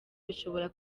bishobora